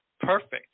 perfect